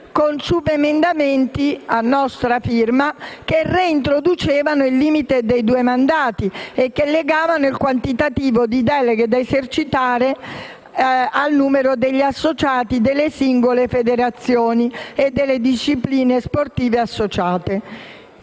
con subemendamenti a nostra firma che reintroducevano il limite dei due mandati e che legavano il quantitativo di deleghe da esercitare al numero degli associati delle singole federazioni nazionali e delle discipline sportive associate.